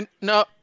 no